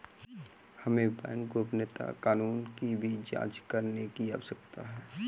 हमें बैंक गोपनीयता कानूनों की भी जांच करने की आवश्यकता है